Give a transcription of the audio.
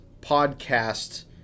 podcast